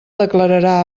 declararà